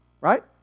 Right